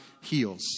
heals